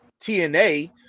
TNA